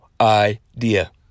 idea